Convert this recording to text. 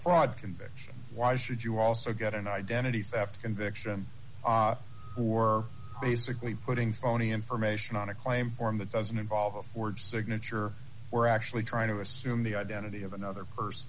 fraud conviction why should you also get an identity theft conviction or basically putting phony information on a claim form that doesn't involve a ford signature or actually trying to assume the identity of another person